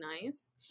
nice